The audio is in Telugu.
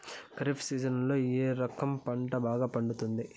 ఖరీఫ్ సీజన్లలో ఏ రకం పంట బాగా పండుతుంది